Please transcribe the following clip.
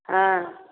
हाँ